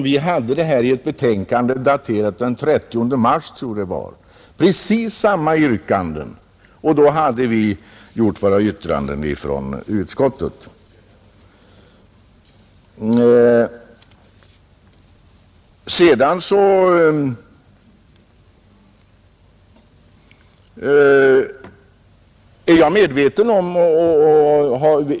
Vi behandlade nämligen precis samma yrkanden i ett betänkande daterat den 13 mars, tror jag det var.